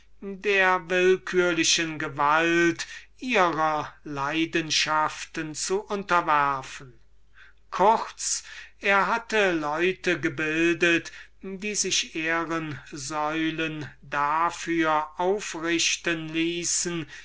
der willkürlichen gewalt ihrer leidenschaften zu unterwerfen kurz er hatte leute gebildet die sich ehren säulen dafür aufrichten ließen